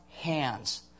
hands